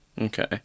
Okay